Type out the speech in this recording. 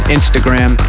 Instagram